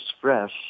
fresh